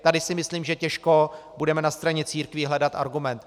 Tady si myslím, že těžko budeme na straně církví hledat argument.